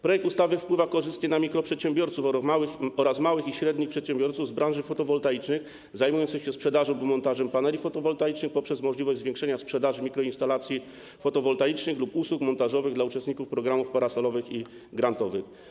Projekt ustawy jest korzystny dla mikroprzedsiębiorców oraz małych i średnich przedsiębiorców z branży fotowoltaicznej zajmujących się sprzedażą lub montażem paneli fotowoltaicznych ze względu na możliwość zwiększenia sprzedaży mikroinstalacji fotowoltaicznych lub usług montażowych dla uczestników programów parasolowych i grantowych.